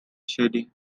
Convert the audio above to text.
shady